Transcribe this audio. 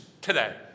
today